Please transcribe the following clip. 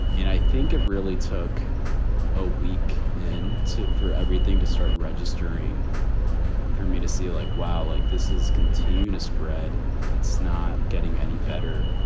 and i think it really took a week in two for everything to start registering for me to see like, wow, like this is continuing to spread. it's not getting any better.